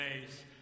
days